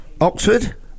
Oxford